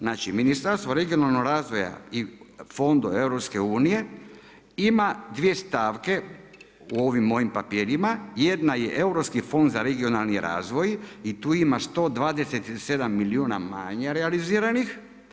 Znači Ministarstvo regionalnog razvoja i Fonda EU, ima 2 stavke u ovim mojim papira, jedna je Europski fond za regionalni razvoj i tu ima 127 milijuna manje realiziranih.